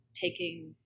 taking